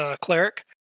cleric